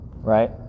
right